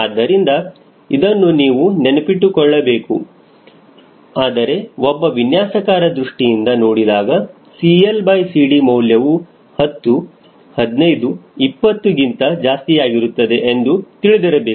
ಆದ್ದರಿಂದ ಇದನ್ನು ನೀವು ನೆನಪಿನಲ್ಲಿಟ್ಟುಕೊಳ್ಳಬೇಕು ಆದರೆ ಒಬ್ಬ ವಿನ್ಯಾಸಕಾರ ದೃಷ್ಟಿಯಿಂದ ನೋಡಿದಾಗ CLCD ಮೌಲ್ಯವು 10 15 20ಗಿಂತ ಜಾಸ್ತಿಯಾಗಿರುತ್ತದೆ ಎಂದು ತಿಳಿದಿರಬೇಕು